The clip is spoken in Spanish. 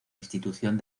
institución